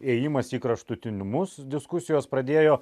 ėjimas į kraštutinumus diskusijos pradėjo